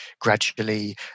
gradually